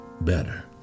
better